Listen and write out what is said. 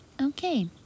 Okay